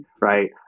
right